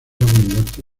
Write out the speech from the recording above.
abundante